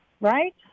right